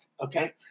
okay